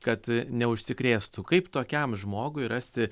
kad neužsikrėstų kaip tokiam žmogui rasti